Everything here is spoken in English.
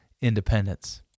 independence